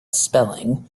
spelling